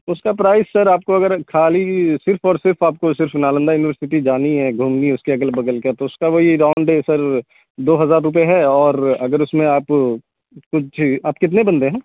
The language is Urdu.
اس کا پرائس سر آپ کو اگر خالی صرف اور صرف آپ کو صرف نالندہ یونیورسٹی جانی ہے گھومنی ہے اس کے اگل بغل کا تو اس کا وہی راؤنڈ سر دو ہزار روپئے ہے اور اگر اس میں آپ کچھ آپ کتنے بندے ہیں